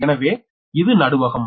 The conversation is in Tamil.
எனவே இது நடுவகம்